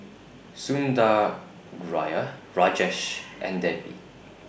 Sundaraiah Rajesh and Devi